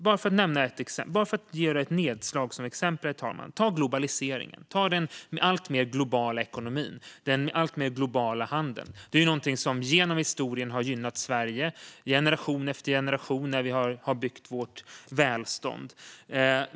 Jag ska göra ett nedslag, bara som exempel: Ta globaliseringen, herr talman - den alltmer globala ekonomin och alltmer globala handeln! Det är någonting som genom historien har gynnat Sverige i generation efter generation, när vi har byggt vårt välstånd.